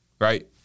right